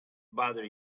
bother